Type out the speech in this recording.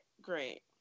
great